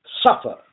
suffer